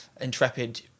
intrepid